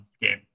game